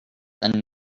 than